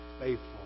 faithful